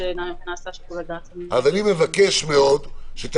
השאלה האם אתם לא יכולים ליזום אחת לשבוע או שבועיים,